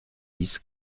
dix